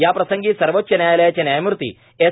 याप्रसंगी सर्वोच्च न्यायालयाचे न्यायमूर्ती एस